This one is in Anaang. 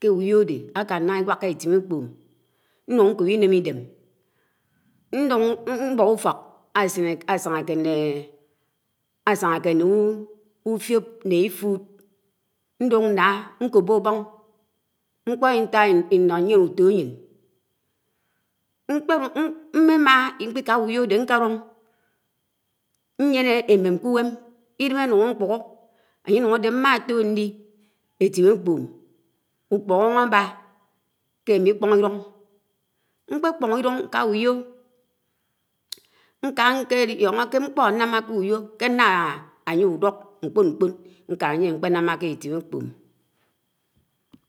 ḱe ùyo̱ àde èkan ńah éwak ke ètim èkpo̱ínun ńko̱p ínem ìdem nlung ùfak àsanàkè nnè ufúo̱p n̄e ifud, nn̄an, n̄ko̱bo̱ abọng n̄kpo̱ ìtah íno yien̄ uto̱yin, ḿmema ikpeka uyo̱ àde nkelùng ñyenè èmem kè ugwem ídem ànuh àkpuho̱ àba kè àmi ikpo̱n ilung kpekpo̱n llùng n̄ka uyo̱ n̄kèlio̱no̱ ke n̄kpo̱ nnamà kè ùjo̱ kè an̄na àyid uduk nkpo̱nkpo̱n akan ànye nkpenema ke etim ekpo̱.